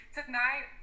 Tonight